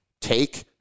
take